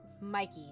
Mikey